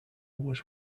was